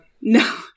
No